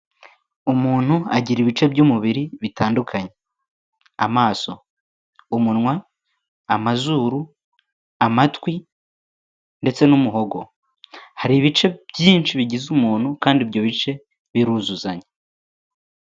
Umuntu agira ibice by'umubiri bitandukanye; amaso, umunwa, amazuru, amatwi ndetse n'umuhogo. Hari ibice byinshi bigize umuntu, kandi ibyo bice biruzuzanya.